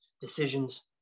decisions